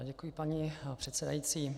Děkuji, paní předsedající.